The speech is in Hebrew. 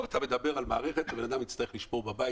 פה אתה מדבר על מערכת שאדם יצטרך לשמור בבית